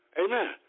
Amen